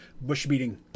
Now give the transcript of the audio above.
bush-beating